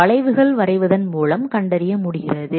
வளைவுகள் வரைவதன் மூலம் கண்டறிய முடிகிறது